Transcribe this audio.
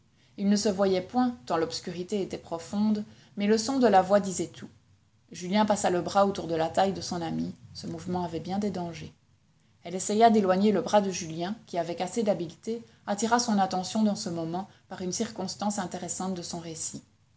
ils ne se voyaient point tant l'obscurité était profonde mais le son de la voix disait tout julien passa le bras autour de la taille de son amie ce mouvement avait bien des dangers elle essaya d'éloigner le bras de julien qui avec assez d'habileté attira son attention dans ce moment par une circonstance intéressante de son récit